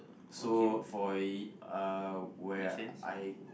so for a uh where I